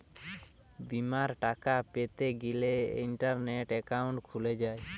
বিমার টাকা পেতে গ্যলে সেটা ইন্টারনেটে একাউন্ট খুলে যায়